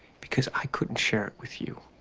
because i couldn't share it with you